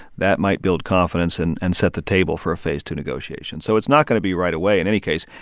that might build confidence and and set the table for a phase two negotiation. so it's not going to be right away in any case.